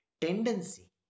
Tendency